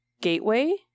gateway